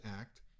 Act